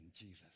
Jesus